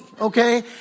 okay